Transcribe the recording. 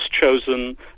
chosen